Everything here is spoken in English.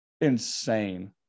insane